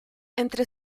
entre